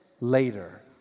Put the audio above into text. later